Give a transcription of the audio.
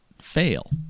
fail